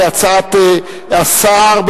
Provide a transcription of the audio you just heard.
כהצעת השר,